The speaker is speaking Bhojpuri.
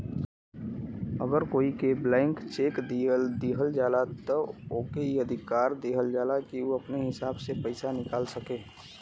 अगर कोई के ब्लैंक चेक दिहल जाला त ओके ई अधिकार दिहल जाला कि उ अपने हिसाब से पइसा निकाल सके